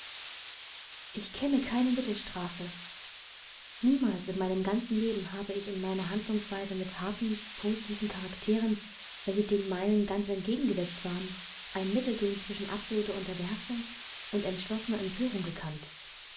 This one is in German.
ich kenne keine mittelstraße niemals in meinem ganzen leben habe ich in meiner handlungsweise mit harten positiven charakteren welche dem meinen ganz entgegengesetzt waren ein mittelding zwischen absoluter unterwerfung und entschlossener empörung gekannt